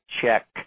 check